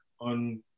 on